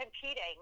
competing